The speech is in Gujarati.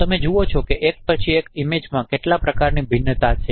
તમે જુઓ છો કે એક પછી એક ઇમેજ માં કેટલા પ્રકારની ભિન્નતા છે